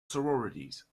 sororities